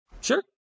sure